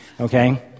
okay